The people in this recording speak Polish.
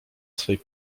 swej